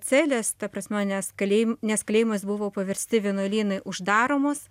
celės ta prasme nes kalėj nes kalėjimais buvo paversti vienuolynai uždaromos